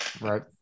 Right